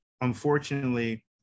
unfortunately